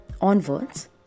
onwards